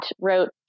wrote